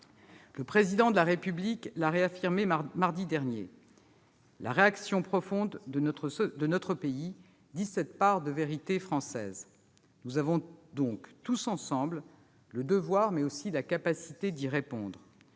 Le Président de la République l'a réaffirmé mardi dernier :« la réaction profonde de notre pays dit cette part de vérité française ». Nous avons donc, tous ensemble, le devoir, mais aussi la capacité d'y répondre.